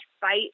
fight